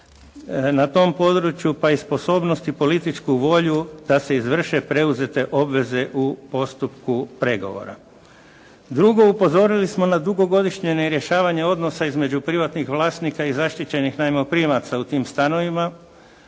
na tom području, pa i sposobnost i političku volju da se izvrše preuzete obveze u postupku pregovora. Drugo, upozorili smo na dugogodišnje nerješavanje odnosa između privatnih vlasnika i zaštićenih najmoprimaca u tim stanovima,